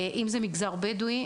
המגזר הבדואי,